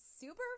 super